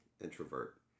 introvert